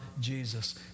Jesus